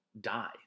die